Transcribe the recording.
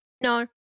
No